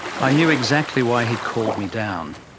i knew exactly why he'd called me down.